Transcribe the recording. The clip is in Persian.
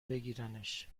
بگیرنش